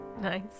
Nice